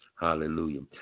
Hallelujah